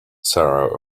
sarah